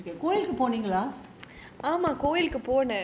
அதான் ஆண்டவன வேண்டிட்டு இருக்கேன்:athan andavana vendittu irukaen